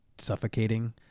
suffocating